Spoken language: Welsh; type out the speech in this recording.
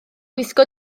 gwisgo